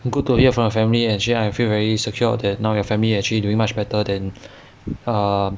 good to hear from your family actually I feel very secured that now your family actually doing much better than uh